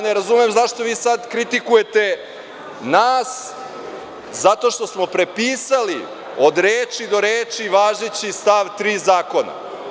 Ne razumem zašto vi sada kritikujete nas zato što smo prepisali, od reči do reči, važeći stav 3. Zakona.